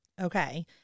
Okay